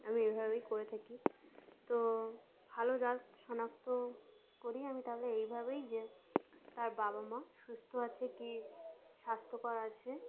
আমি এভাবেই করে থাকি তো ভালো জাত শনাক্ত করি আমি তাহলে এইভাবেই যে তার বাবা মা সুস্থ আছে কি স্বাস্থ্যকর আছে